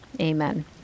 Amen